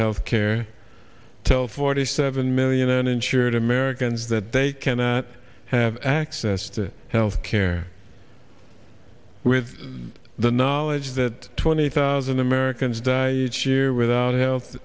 health care tell forty seven million uninsured americans that they cannot have access to health care with the knowledge that twenty thousand americans die each year without health